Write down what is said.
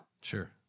Sure